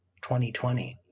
2020